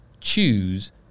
choose